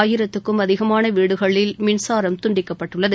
ஆயிரத்துக்கும் அதிகமான வீடுகளில் மின்சாரம் துண்டிக்கப்பட்டுள்ளது